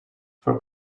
for